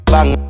Bang